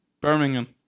Birmingham